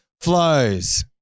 flows